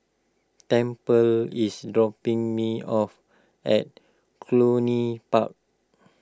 Tample is dropping me off at Cluny Park